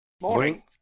Morning